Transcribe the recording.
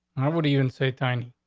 i would even say time,